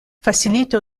facilite